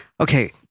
Okay